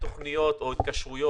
תוכניות או התקשרויות